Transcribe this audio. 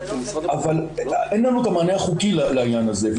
אבל אין לנו את המענה החוקי לעניין הזה.